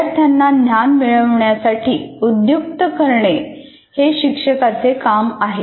विद्यार्थ्यांना ज्ञान मिळविण्यासाठी उद्युक्त करणे हे शिक्षकाचे काम आहे